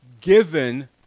given